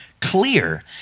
clear